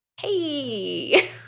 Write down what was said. hey